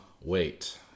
wait